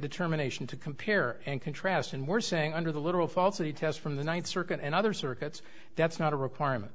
determination to compare and contrast and we're saying under the literal faulty test from the ninth circuit and other circuits that's not a requirement